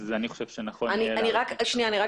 אני חושב שנכון יהיה --- רק הערה.